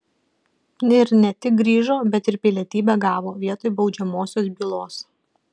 ir ne tik grįžo bet ir pilietybę gavo vietoj baudžiamosios bylos